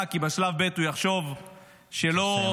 כי בשלב ב' הוא יחשוב שלא --- רק תסיים,